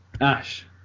Ash